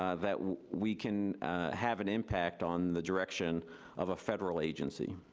ah that we can have an impact on the direction of a federal agency.